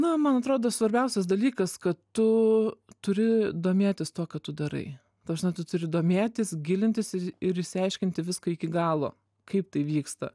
na man atrodo svarbiausias dalykas kad tu turi domėtis tuo ką tu darai ta prasme tu turi domėtis gilintis ir ir išsiaiškinti viską iki galo kaip tai vyksta